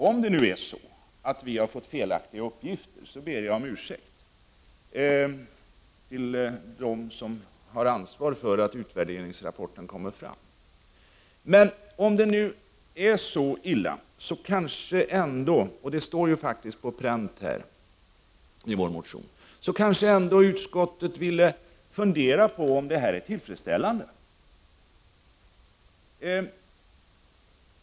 Om det är så att vi har fått felaktiga uppgifter, ber jag dem om ursäkt som har ansvar för att utvärderingsrapporten kommer fram. Men om det nu är så illa, det står faktiskt på pränt i vår motion, kanske utskottet ändå vill fundera på om detta är tillfredsställande.